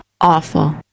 awful